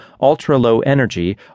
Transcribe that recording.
ultra-low-energy